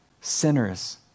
Sinners